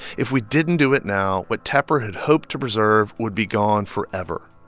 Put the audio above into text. if we didn't do it now, what tepper had hoped to preserve would be gone forever.